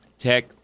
Tech